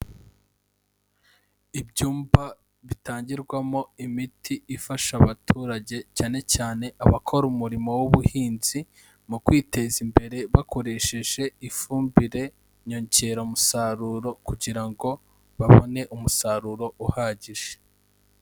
Ibyumba bitangirwamo imiti ifasha abaturage, cyane cyane abakora umurimo w'ubuhinzi, mu kwiteza imbere bakoresheje ifumbire nyongeramusaruro kugira ngo babone umusaruro uhagije.